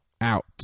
out